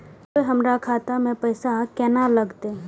कोय हमरा खाता में पैसा केना लगते?